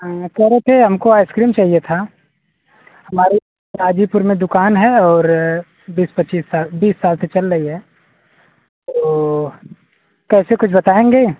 हाँ कहे रहे थे हमको आइसक्रीम चाहिए था हमारे गाजीपुर में दुकान है और बीस पच्चीस साल बीस साल से चल रही है तो कैसे कुछ बताएँगे